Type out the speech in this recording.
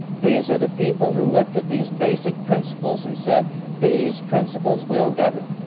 these are the people who looked at these basic principles and said, these principles will govern.